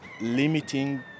limiting